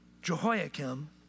Jehoiakim